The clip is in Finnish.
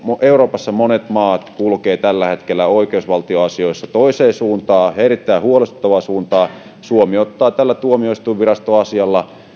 euroopassa monet maat kulkevat tällä hetkellä oikeusvaltioasioissa toiseen suuntaan erittäin huolestuttavaan suuntaan suomi ottaa tällä tuomioistuinvirastoasialla